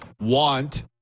want